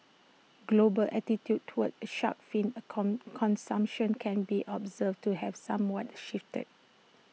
global attitudes towards shark fin consumption can be observed to have somewhat shifted